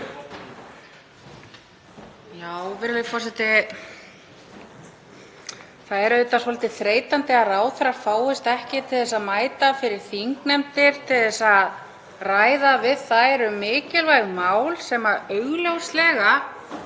Virðulegi forseti. Það er auðvitað svolítið þreytandi að ráðherrar fáist ekki til að mæta fyrir þingnefndir til að ræða við þær um mikilvæg mál sem augljóslega